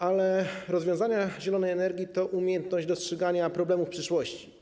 A rozwiązania zielonej energii to umiejętność dostrzegania problemów w przyszłości.